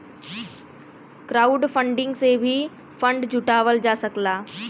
crowdfunding से भी fund जुटावल जा सकला